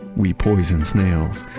we poison snails.